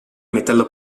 metallo